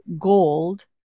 gold